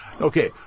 okay